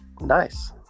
Nice